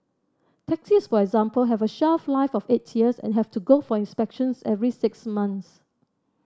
taxis for example have a shelf life of eight years and have to go for inspections every six months